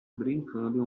brincando